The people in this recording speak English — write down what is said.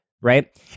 right